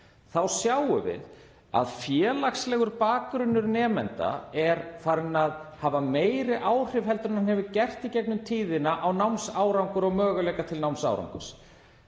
þá sjáum við að félagslegur bakgrunnur nemenda er farinn að hafa meiri áhrif en hann hefur gert í gegnum tíðina á námsárangur og möguleika til námsárangurs.